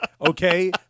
okay